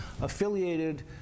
affiliated